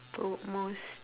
most